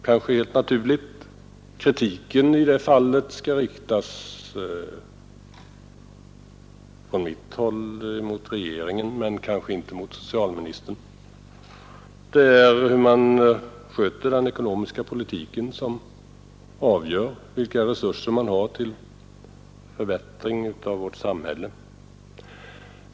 Kritiken från vårt håll i detta avseende skall riktas mot regeringen, men inte främst mot socialministern; sättet att sköta den ekonomiska politiken avgör vilka resurser som finns till förbättringar av vårt samhälle.